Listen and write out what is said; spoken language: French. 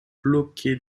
bloqué